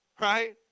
right